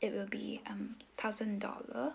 it will be um thousand dollar